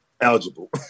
eligible